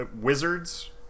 Wizards